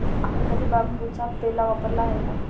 आपण कधी बांबूचा पेला वापरला आहे का?